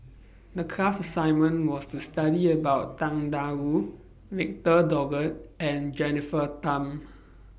The class assignment was to study about Tang DA Wu Victor Doggett and Jennifer Tham